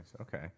Okay